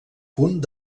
punt